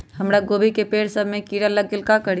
हमरा गोभी के पेड़ सब में किरा लग गेल का करी?